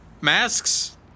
Masks